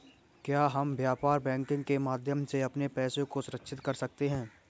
क्या हम व्यापार बैंकिंग के माध्यम से अपने पैसे को सुरक्षित कर सकते हैं?